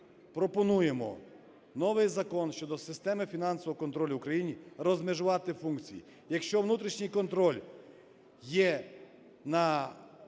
пропонуємо новий закон щодо системи фінансового контролю України – розмежувати функції. Якщо внутрішній контроль є на…